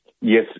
Yes